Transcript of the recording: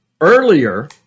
Earlier